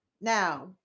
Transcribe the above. Now